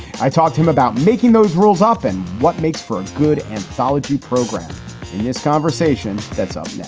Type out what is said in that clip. i talk to him about making those rules often. what makes for a good anthology program in this conversation? that's up